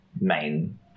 main